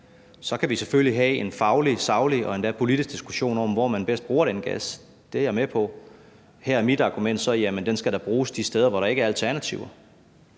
Så kan vi selvfølgelig have en faglig, saglig og endda politisk diskussion om, hvor man bedst bruger den gas. Det er jeg med på. Her er mit argument, at den da skal bruges de steder, hvor der ikke er alternativer,